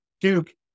Duke